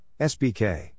SBK